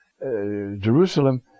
Jerusalem